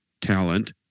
talent